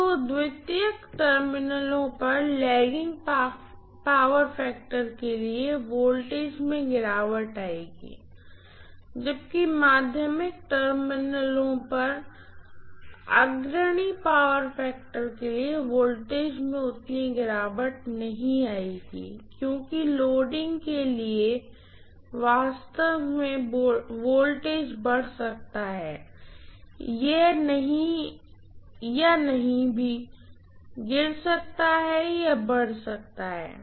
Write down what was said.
तो सेकेंडरी टर्मिनलों पर लेगिंग पावर फैक्टर के लिए वोल्टेज में गिरावट आएगी जबकि सेकेंडरी टर्मिनलों पर अग्रणी पावर फैक्टर के लिए वोल्टेज में उतना गिरावट नहीं आएगी क्योंकि लोडिंग के लिए वास्तव में वोल्टेज बढ़ सकता है यह नहीं भी गिर सकता है यह बढ़ सकता है